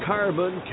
Carbon